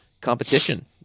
competition